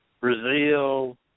Brazil